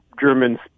Germans